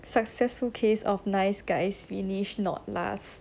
successful case of nice guys finish not last